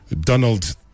Donald